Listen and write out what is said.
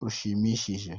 rushimishije